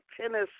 tennis